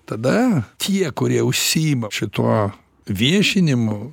tada tie kurie užsiima šituo viešinimu